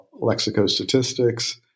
lexicostatistics